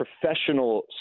professional